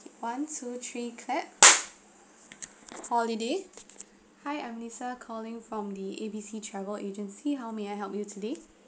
one two three clap holiday hi I'm lisa calling from the A B C travel agency how may I help you today